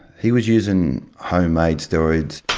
he was using homemade steroids.